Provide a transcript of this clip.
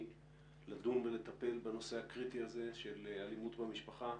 לדון ולטפל בנושא הקריטי הזה של אלימות במשפחה,